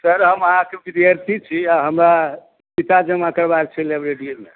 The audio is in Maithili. सर हम अहाँके विद्यार्थी छी आओर हमरा किताब जमा करबाक छै लाइब्रेरिएमे